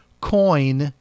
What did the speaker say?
Coin